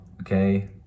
okay